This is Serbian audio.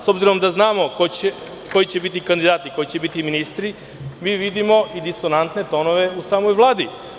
S obzirom da znamo koji će biti kandidati koji će biti ministri, mi vidimo i disonantne tonove u samoj Vladi.